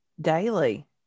daily